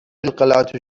القلعة